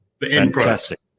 Fantastic